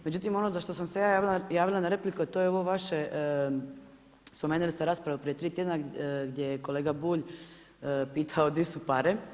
Međutim, ono za što sam se ja javila na repliku to je ovo vaše spomenuli ste raspravu prije tri tjedna gdje je kolega Bulj pitao di su pare.